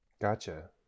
gotcha